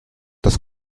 das